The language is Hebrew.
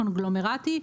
קונגלומרטי,